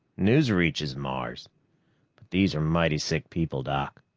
news reaches mars. but these are mighty sick people, doc.